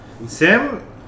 Sam